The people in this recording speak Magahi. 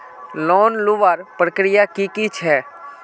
लोन लुबार प्रक्रिया की की छे?